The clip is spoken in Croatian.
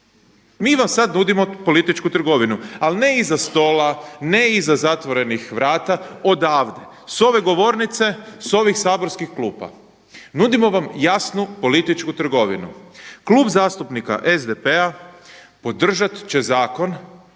Mi vam sada nudimo političku trgovinu ali ne iza stola, ne iza zatvorenih vrata, odavde sa ove govornice, sa ovih saborskih klupa. Nudimo vam jasnu političku trgovinu. Klub zastupnika SDP-a podržati će Zakon